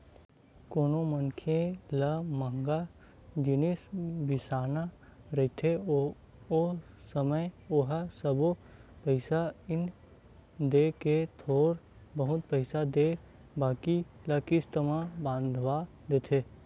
कोनो मनखे ल मंहगा जिनिस बिसाना रहिथे ओ समे ओहा सबो पइसा नइ देय के थोर बहुत पइसा देथे बाकी ल किस्ती म बंधवा देथे